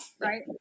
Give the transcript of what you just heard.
right